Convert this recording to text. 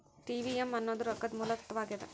TVM ಅನ್ನೋದ್ ರೊಕ್ಕದ ಮೂಲ ತತ್ವ ಆಗ್ಯಾದ